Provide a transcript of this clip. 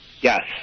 Yes